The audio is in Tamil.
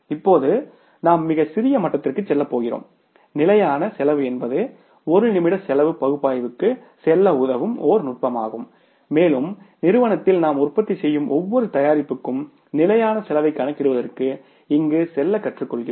இப்போது நாம் மிக சிறிய மட்டத்திற்கு செல்லப் போகிறோம் நிலையான செலவு என்பது ஒரு நிமிட செலவு பகுப்பாய்வுக்கு செல்ல உதவும் ஒரு நுட்பமாகும் மேலும் நிறுவனத்தில் நாம் உற்பத்தி செய்யும் ஒவ்வொரு தயாரிப்புக்கும் நிலையான செலவைக் கணக்கிடுவதற்கு இங்கு செல்ல கற்றுக்கொள்கிறோம்